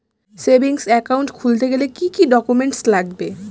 Savings account খুলতে গেলে কি কি ডকুমেন্টস লাগবে?